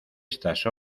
estas